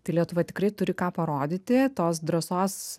tai lietuva tikrai turi ką parodyti tos drąsos